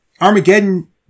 Armageddon